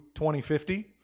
2050